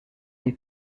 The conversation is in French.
les